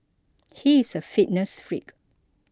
he is a fitness freak